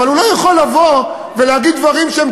והוא לא יכול לבוא ולהגיד דברים שהם